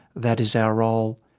that is our role.